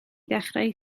ddechrau